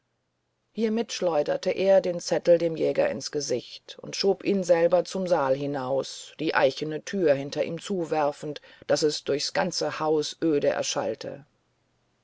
hiermit schleuderte er den zettel dem jäger ins gesicht und schob ihn selber zum saal hinaus die eichene tür hinter ihm zuwerfend daß es durchs ganze haus öde erschallte